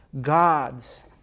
God's